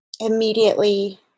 immediately